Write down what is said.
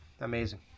Amazing